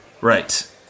Right